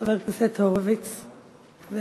ואז חברי הכנסת הורוביץ ואייכלר.